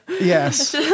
Yes